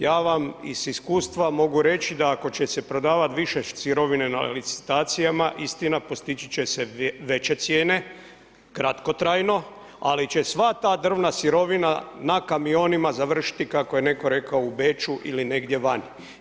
Ja vam iz iskustva mogu reći, da ako će se prodavati više sirovina na licitacijama, istina, postići će se veće cijene, kratkotrajno, ali će sva ta drvna sirovina, na kamionima završiti, kako je netko rekao u Beču ili negdje vani.